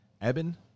Eben